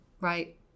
Right